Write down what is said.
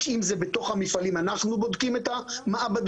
אם זה בתוך המפעלים, אנחנו בודקים את המעבדות.